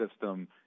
system